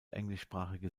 englischsprachige